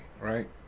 right